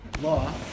law